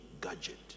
gadget